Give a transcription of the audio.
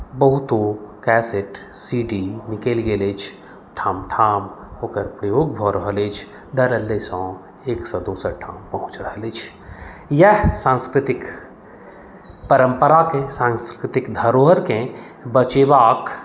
बहुतो cassette C D निकलि गेल अछि ठाम ठाम ओकर प्रयोग भऽ रहल अछि धड़ल्लेसँ एकसँ दोसर ठाम पहुँच रहल अछि इएह सांस्कृतिक परम्पराकेँ सांस्कृतिक धरोहरिकेँ बचेबाक